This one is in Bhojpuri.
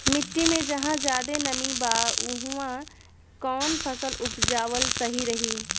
मिट्टी मे जहा जादे नमी बा उहवा कौन फसल उपजावल सही रही?